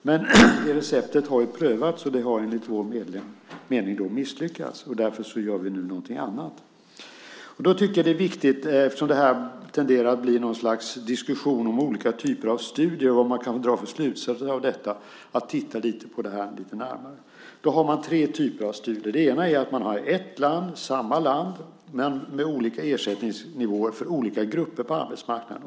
Men det receptet har prövats och har enligt vår mening misslyckats. Därför gör vi nu någonting annat. Eftersom detta tenderar att bli något slags diskussion om olika typer av studier och vad man kan dra för slutsatser av dessa är det viktigt att titta lite närmare på det. Det finns tre typer av studier. Den ena är att man har ett land med olika ersättningsnivåer för olika grupper på arbetsmarknaden.